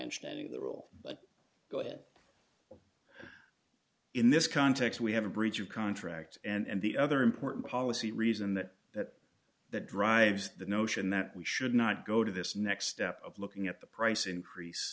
understanding the rule but good in this context we have a breach of contract and the other important policy reason that that that drives the notion that we should not go to this next step of looking at the price increase